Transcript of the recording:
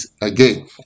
again